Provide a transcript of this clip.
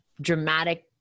dramatic